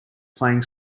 playing